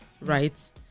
right